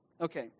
Okay